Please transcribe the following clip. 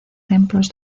templos